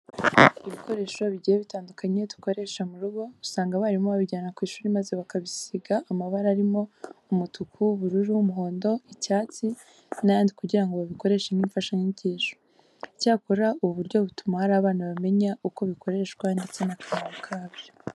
Ibikoresho bigiye bitandukanye dukoresha mu rugo, usanga abarimu babijyana ku ishuri maze bakabisiga amabara arimo umutuku, ubururu, umuhondo, icyatsi n'ayandi kugira ngo babikoreshe nk'imfashanyigisho. Icyakora ubu buryo butuma hari abana bamenya uko bikoreshwa ndetse n'akamaro kabyo.